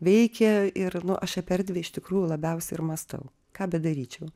veikė ir nu aš apie erdvę iš tikrųjų labiausiai ir mąstau ką bedaryčiau